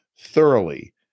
thoroughly